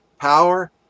Power